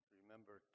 remember